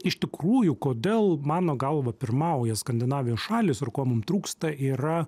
iš tikrųjų kodėl mano galva pirmauja skandinavijos šalys ir ko mum trūksta yra